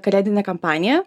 kalėdinė kampanija